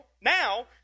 now